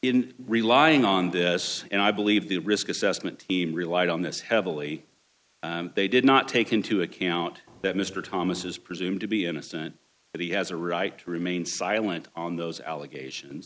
in relying on this and i believe the risk assessment team relied on this heavily they did not take into account that mr thomas is presumed to be innocent and he has a right to remain silent on those allegation